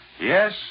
Yes